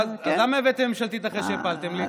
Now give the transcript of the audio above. אז למה הבאתם ממשלתית אחרי שהפלתם לי?